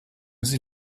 sie